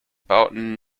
bauten